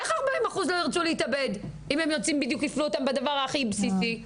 איך 40% לא ירצו להתאבד אם מפלים אותם בדבר הכי בסיסי.